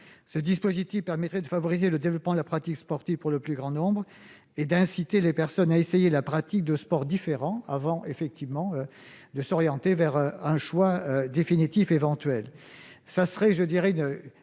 Ce dispositif permettrait de favoriser le développement de la pratique sportive pour le plus grand nombre et d'inciter les personnes à essayer la pratique de sports différents avant, éventuellement, de s'orienter vers un choix définitif.